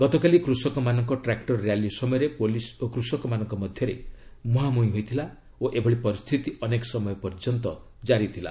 ଗତକାଲି କୃଷକମାନଙ୍କ tractor rally ସମୟରେ ପୁଲିସ୍ ଓ କୃଷକମାନଙ୍କ ମଧ୍ୟରେ ମୁହାଁମୁହିଁ ହୋଇଥିଲା ଓ ଏଭଳି ପରିସ୍ଥିତି ଅନେକ ସମୟ ପର୍ଯ୍ୟନ୍ତ ଜାରି ଥିଲା